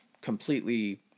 completely